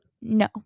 no